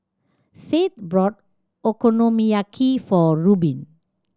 Seth brought Okonomiyaki for Rubin